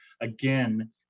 again